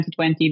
2020